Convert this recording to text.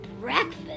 Breakfast